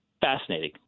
Fascinating